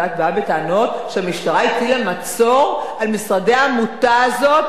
ואת באה בטענות שהמשטרה הטילה מצור על משרדי העמותה הזאת,